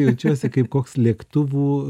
jaučiuosi kaip koks lėktuvų